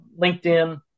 LinkedIn